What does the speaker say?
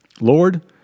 Lord